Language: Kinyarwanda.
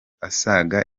asaga